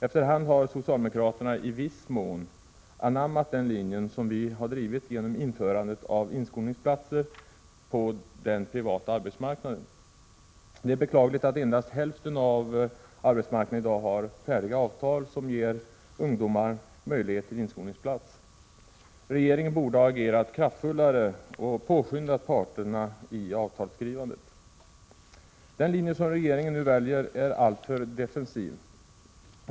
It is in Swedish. Efter hand har socialdemokraterna i viss mån anammat den linje som vi drivit, genom införandet av inskolningsplatser på den privata arbetsmarknaden. Det är beklagligt att endast hälften av arbetsmarknaden i dag har färdiga avtal som ger ungdomarna möjlighet till inskolningsplatser. Regeringen borde ha agerat kraftfullare och påskyndat parterna vid avtalsskrivandet. Den linje som regeringen nu väljer är alltför defensiv.